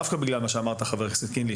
דווקא בגלל מה שאמר חבר הכנסת קינלי,